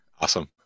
Awesome